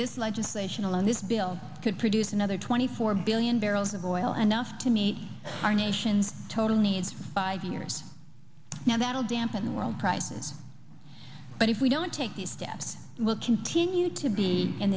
this legislation alone this bill could produce another twenty four billion barrels of oil and gas to meet our nation's total needs five years now that will dampen world prices but if we don't take these steps we'll continue to be in